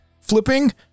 flipping